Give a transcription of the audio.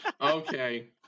okay